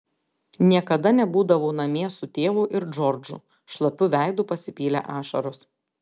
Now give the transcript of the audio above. niekada nebūdavau namie su tėvu ir džordžu šlapiu veidu pasipylė ašaros